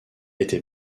était